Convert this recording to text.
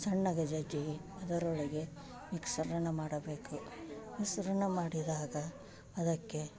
ಸಣ್ಣಗೆ ಜಜ್ಜಿ ಅದರೊಳಗೆ ಮಿಶ್ರಣ ಮಾಡಬೇಕು ಮಿಶ್ರಣ ಮಾಡಿದಾಗ ಅದಕ್ಕೆ